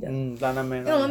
mm tanah merah